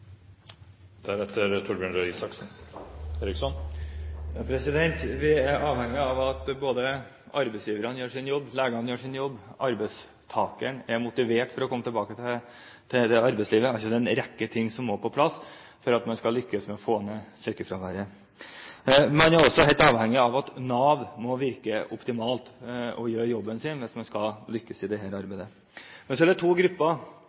Vi er avhengige av både at arbeidsgiverne gjør sin jobb, at legene gjør sin jobb, og at arbeidstakeren er motivert for å komme tilbake til arbeidslivet. Det er en rekke ting som må på plass for at man skal lykkes med å få ned sykefraværet. Man er også helt avhengig av at Nav virker optimalt og gjør jobben sin hvis man skal lykkes med dette arbeidet. Så er det